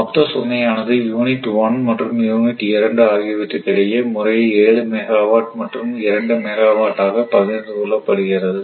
மொத்த சுமையானது யூனிட் 1 மற்றும் யூனிட் 2 ஆகியவற்றுக்கிடையே முறையே 7 மெகாவாட் மற்றும் 2 மெகாவாட் ஆக பகிர்ந்து கொள்ளப்படுகிறது